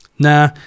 Nah